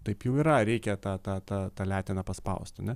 taip jau yra reikia tą tą tą tą leteną paspaust ane